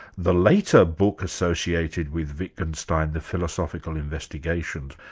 the later book associated with wittgenstin, the philosophical investigations,